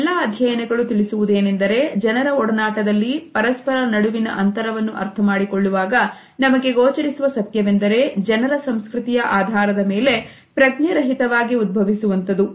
ಈ ಎಲ್ಲಾ ಅಧ್ಯಯನಗಳು ತಿಳಿಸುವುದೇನೆಂದರೆ ಜನರ ಒಡನಾಟದಲ್ಲಿ ಪರಸ್ಪರರ ನಡುವಿನ ಅಂತರವನ್ನು ಅರ್ಥಮಾಡಿಕೊಳ್ಳುವಾಗ ನಮಗೆ ಗೋಚರಿಸುವ ಸತ್ಯವೆಂದರೆ ಜನರ ಸಂಸ್ಕೃತಿಯ ಆಧಾರದ ಮೇಲೆ ಪ್ರಜ್ಞ ರಹಿತವಾಗಿ ಉದ್ಭವಿಸುವಂತದು